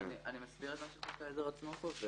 אני מסביר את מה שחוק העזר קובע.